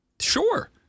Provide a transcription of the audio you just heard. Sure